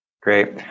Great